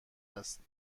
است